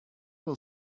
will